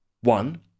One